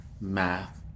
math